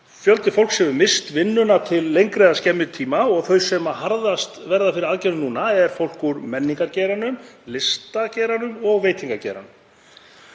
Fjöldi fólks hefur misst vinnuna til lengri eða skemmri tíma og þau sem harðast verða fyrir aðgerðum núna er fólk úr menningargeiranum, listageiranum og veitingageiranum.